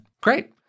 Great